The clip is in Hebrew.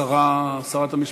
השרה, שרת המשפטים,